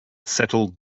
settled